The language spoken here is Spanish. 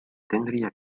tendría